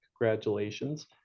congratulations